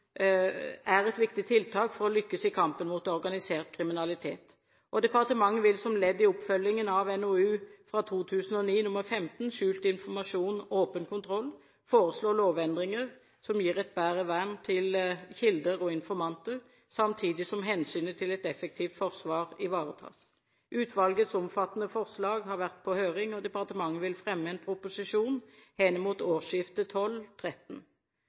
det et viktig tiltak for å lykkes i kampen mot organisert kriminalitet. Som ledd i oppfølgingen av NOU 2009:15, Skjult informasjon – åpen kontroll, vil departementet foreslå lovendringer som gir et bedre vern til kilder og informanter, samtidig som hensynet til et effektivt forsvar ivaretas. Utvalgets omfattende forslag har vært på høring, og departementet vil fremme en proposisjon henimot